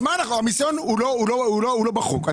המיסיון הוא לא בחוק.